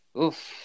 Oof